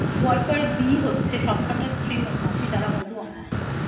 worker bee হচ্ছে সবকটা স্ত্রী মৌমাছি যারা মধু বানায়